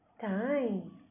time